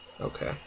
Okay